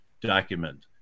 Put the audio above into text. document